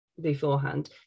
beforehand